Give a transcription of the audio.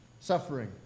Suffering